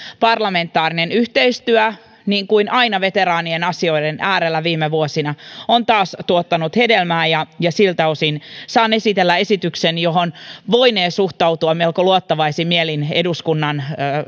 parlamentaarinen yhteistyö niin kuin aina veteraanien asioiden äärellä viime vuosina on taas tuottanut hedelmää ja ja siltä osin saan esitellä esityksen johon voinee suhtautua melko luottavaisin mielin eduskunnan